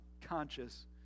conscious